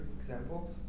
examples